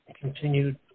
continued